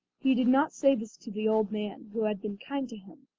he did not say this to the old man, who had been kind to him,